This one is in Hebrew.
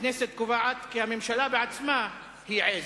הכנסת קובעת כי הממשלה בעצמה היא עז.